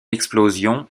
explosion